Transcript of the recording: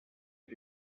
you